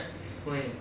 explain